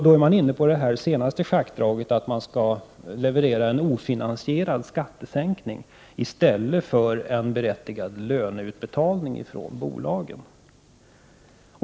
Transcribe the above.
Då är man inne på det senaste schackdraget, att man skall leverera en ofinansierad skattesänkning i stället för en berättigad löneutbetalning från bolagen.